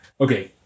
Okay